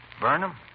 Burnham